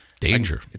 danger